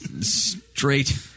straight